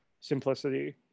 simplicity